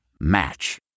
Match